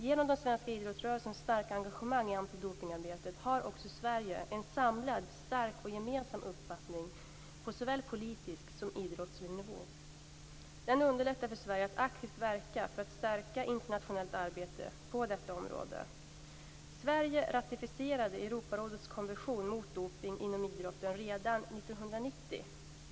Genom den svenska idrottsrörelsens starka engagemang i antidopningsarbetet har också Sverige en samlad, stark och gemensam uppfattning på såväl politisk som idrottslig nivå. Det underlättar för Sverige att aktivt verka för ett förstärkt internationellt arbete på detta område. Sverige ratificerade Europarådets konvention mot dopning inom idrotten redan år 1990.